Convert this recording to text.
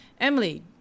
Emily